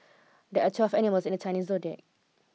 there are twelve animals in the Chinese Zodiac